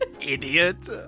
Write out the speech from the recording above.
idiot